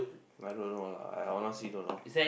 I don't know lah I honestly don't know